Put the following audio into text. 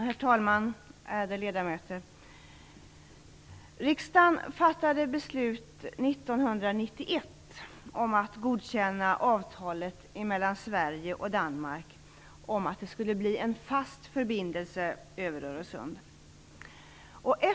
Herr talman! Ärade ledamöter! Riksdagen fattade 1991 beslut om att godkänna avtalet mellan Sverige och Danmark om att det skulle anläggas en fast förbindelse över Öresund.